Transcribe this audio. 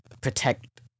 protect